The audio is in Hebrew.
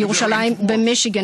Michigan,